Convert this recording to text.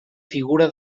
figura